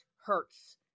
hurts